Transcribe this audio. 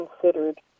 considered